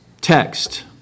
text